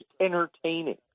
entertaining